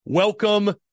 Welcome